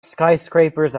skyscrapers